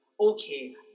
okay